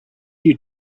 you